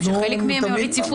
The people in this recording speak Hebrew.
שחלק מהם -- אנחנו ממליצים...